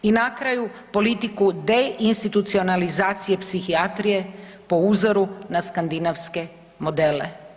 I na kraju, politiku deinstitucionalizacije psihijatrije po uzoru na skandinavske modele.